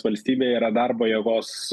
valstybėje yra darbo jėgos